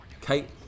Kate